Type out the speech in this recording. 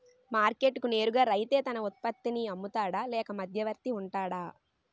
Market కి నేరుగా రైతే తన ఉత్పత్తి నీ అమ్ముతాడ లేక మధ్యవర్తి వుంటాడా?